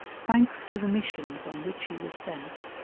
thanks to the missions on which he was sent,